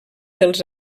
dels